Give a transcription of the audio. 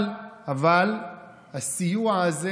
אבל הסיוע הזה